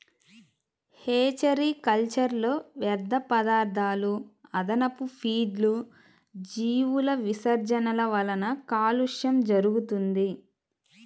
hatchery కల్చర్లో వ్యర్థపదార్థాలు, అదనపు ఫీడ్లు, జీవుల విసర్జనల వలన కాలుష్యం జరుగుతుంది